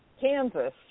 Kansas